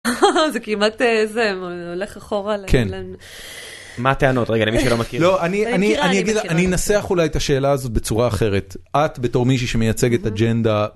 זה כמעט איזה, הולך אחורה. מה הטענות? רגע, מישהו לא מכיר. לא, אני אגיד לה, אני אנסח אולי את השאלה הזאת בצורה אחרת. את בתור מישהי שמייצגת אג'נדה.